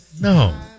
No